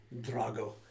Drago